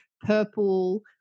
purple